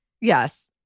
Yes